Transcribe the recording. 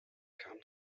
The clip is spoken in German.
kam